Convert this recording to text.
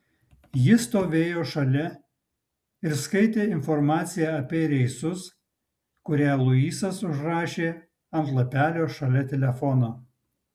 ji stovėjo šalia ir skaitė informaciją apie reisus kurią luisas užrašė ant lapelio šalia telefono